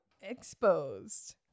Exposed